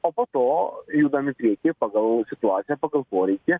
o po to judam į priekį pagal situaciją pagal poreikį